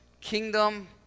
kingdom